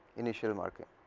initial marking,